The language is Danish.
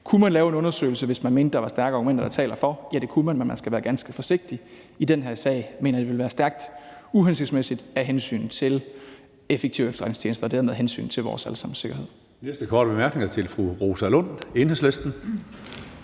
Kunne man lave en undersøgelse, hvis man mente, at der var stærke argumenter, der talte for det? Ja, det kunne man, men man skal være ganske forsigtig. I den her sag mener jeg det ville være stærkt uhensigtsmæssigt af hensyn til effektive efterretningstjenester og dermed hensynet til vores alle sammens sikkerhed.